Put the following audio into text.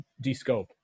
de-scope